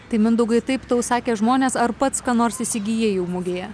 tai mindaugai taip tau sakė žmonės ar pats ką nors įsigijai jau mugėje